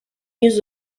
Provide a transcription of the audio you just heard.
use